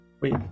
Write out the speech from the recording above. Wait